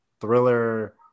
thriller